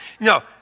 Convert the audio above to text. No